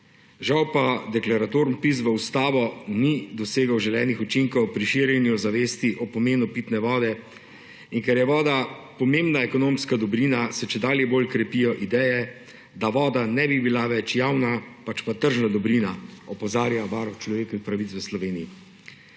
Žal pa deklaratorni vpis v ustavo ni dosegel želenih učinkov pri širjenju zavesti o pomenu pitne vode. In ker je voda pomembna ekonomska dobrina, se čedalje bolj krepijo ideje, da voda ne bi bila več javna, pač pa tržna dobrina, opozarja Varuh človekovih pravic, v Sloveniji.